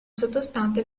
sottostante